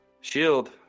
Shield